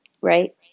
right